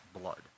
blood